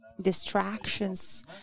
distractions